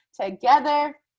together